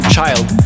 Child